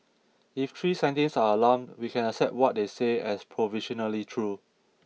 if three scientists are alarmed we can accept what they say as provisionally true